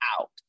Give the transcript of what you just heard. out